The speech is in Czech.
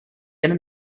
jen